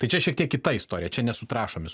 tai čia šiek tiek kita istorija čia ne su trąšomis